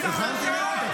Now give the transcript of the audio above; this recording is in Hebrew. --- אותה גברת בשינוי אדרת?